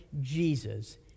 Jesus